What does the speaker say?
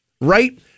Right